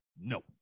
no